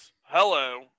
hello